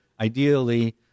ideally